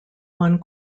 one